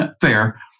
fair